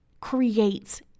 creates